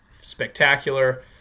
spectacular